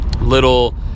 little